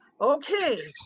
okay